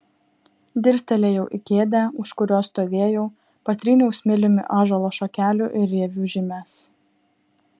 dirstelėjau į kėdę už kurios stovėjau patryniau smiliumi ąžuolo šakelių ir rievių žymes